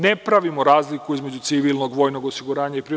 Ne pravimo razliku između civilnog, vojnog osiguranja i privatnog.